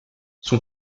son